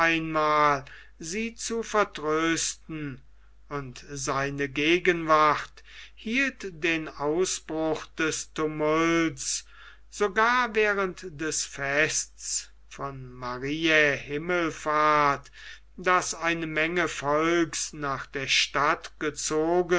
sie zu vertrösten und seine gegenwart hielt den ausbruch des tumults sogar während des fests von mariä himmelfahrt das eine menge volks nach der stadt